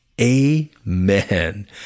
Amen